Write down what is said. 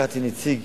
לקחתי נציג